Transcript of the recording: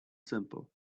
simple